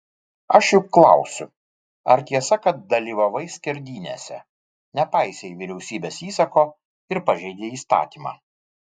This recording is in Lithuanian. aš juk klausiu ar tiesa kad dalyvavai skerdynėse nepaisei vyriausybės įsako ir pažeidei įstatymą